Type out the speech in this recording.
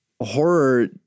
horror